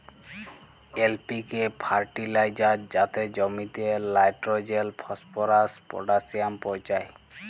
LPK fertiliser যাতে জমিতে nitrogen, phosphorus, potassium পৌঁছায়